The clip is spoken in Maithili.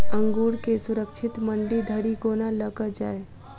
अंगूर केँ सुरक्षित मंडी धरि कोना लकऽ जाय?